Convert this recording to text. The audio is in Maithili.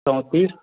चौंतीस